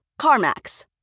CarMax